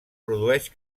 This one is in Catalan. produeix